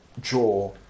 draw